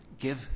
Give